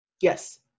Yes